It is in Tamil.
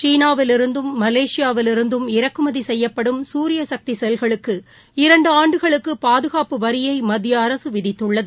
சீனாவில் இருந்தும் மலேசியாவில் இருந்தும் இறக்குமதிசெய்யப்படும் சூரியசக்திசெல்களுக்கு இரண்டுஆண்டுகளுக்குபாதுகாப்பு வரியைமத்தியஅரசுவிதித்துள்ளது